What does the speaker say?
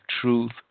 truth